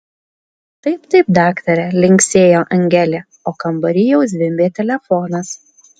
taip taip daktare linksėjo angelė o kambary jau zvimbė telefonas